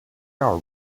are